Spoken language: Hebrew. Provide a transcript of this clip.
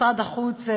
משרד החוץ,